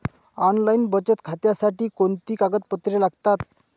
Online बचत खात्यासाठी कोणती कागदपत्रे लागतात?